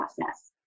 process